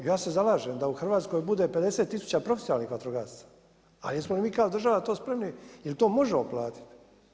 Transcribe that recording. Ja se zalažem da u Hrvatskoj bude 50 tisuća profesionalnih vatrogasaca ali jesmo li mi kao država to spremni, je li to možemo platiti?